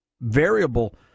variable